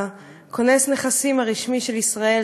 הכונס נכסים הרשמי של ישראל,